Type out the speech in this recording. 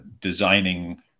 designing